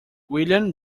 william